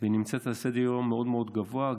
והוא נמצא על סדר-היום במקום מאוד מאוד גבוה,